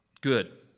Good